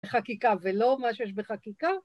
‫בחקיקה ולא מה שיש בחקיקה